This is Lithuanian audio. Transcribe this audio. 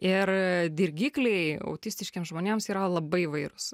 ir dirgikliai autistiškiem žmonėms yra labai įvairūs